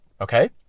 okay